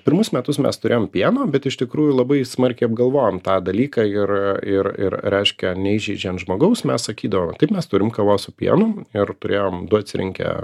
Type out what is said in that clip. pirmus metus mes turėjom pieno bet iš tikrųjų labai smarkiai apgalvojom tą dalyką ir ir ir reiškia neįžeidžiant žmogaus mes sakydavom taip mes turim kavos su pienu ir turėjom du atsirinkę